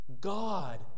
God